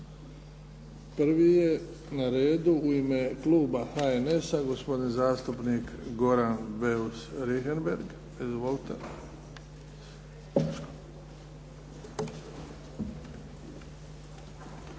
Prvi je na redu u ime kluba HNS-a, gospodin zastupnik Goran Beus Richembergh. Izvolite.